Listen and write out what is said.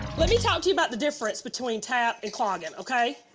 let me talk to you about the difference between tap and clogging, okay?